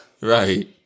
Right